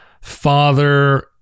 father